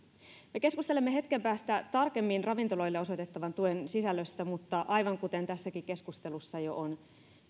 me keskustelemme hetken päästä tarkemmin ravintoloille osoitettavan tuen sisällöstä mutta aivan kuten tässäkin keskustelussa on